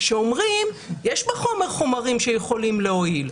שאומרים שיש בחומר חומרים שיכולים להועיל,